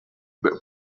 but